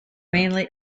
mainly